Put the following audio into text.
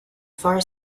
far